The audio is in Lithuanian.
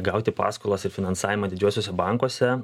gauti paskolas ir finansavimą didžiuosiuose bankuose